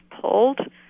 pulled